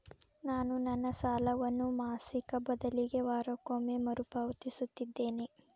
ನಾನು ನನ್ನ ಸಾಲವನ್ನು ಮಾಸಿಕ ಬದಲಿಗೆ ವಾರಕ್ಕೊಮ್ಮೆ ಮರುಪಾವತಿಸುತ್ತಿದ್ದೇನೆ